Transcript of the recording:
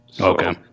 Okay